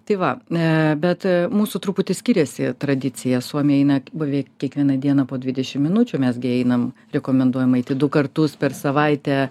tai va bet mūsų truputį skiriasi tradicija suomiai eina beveik kiekvieną dieną po dvidešimt minučių mes gi einam rekomenduojama eiti du kartus per savaitę